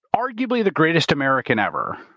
arguably the greatest american ever,